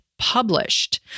Published